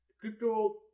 crypto